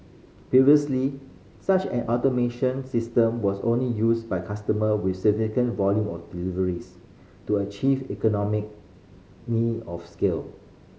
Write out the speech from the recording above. previously such an automation system was only used by customer with significant volume of deliveries to achieve economic of scale